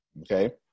Okay